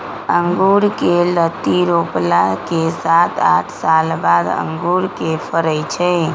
अँगुर कें लत्ति रोपला के सात आठ साल बाद अंगुर के फरइ छइ